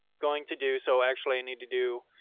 going to do. so actually i need to do